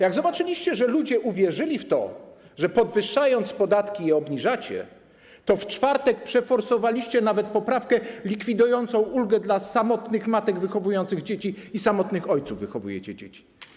Jak zobaczyliście, że ludzie uwierzyli w to, że obniżacie podatki, podwyższając je, to w czwartek przeforsowaliście nawet poprawkę likwidującą ulgę dla samotnych matek wychowujących dzieci i samotnych ojców wychowujących dzieci.